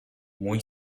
muy